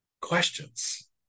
questions